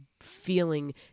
feeling